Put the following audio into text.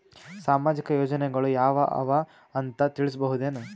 ಸಾಮಾಜಿಕ ಯೋಜನೆಗಳು ಯಾವ ಅವ ಅಂತ ತಿಳಸಬಹುದೇನು?